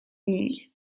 ming